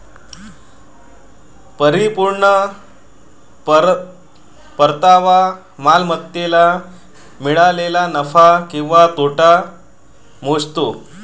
परिपूर्ण परतावा मालमत्तेला मिळालेला नफा किंवा तोटा मोजतो